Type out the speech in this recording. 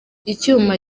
icyuma